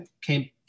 came